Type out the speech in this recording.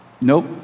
nope